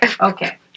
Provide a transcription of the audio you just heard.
Okay